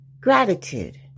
gratitude